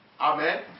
Amen